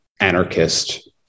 anarchist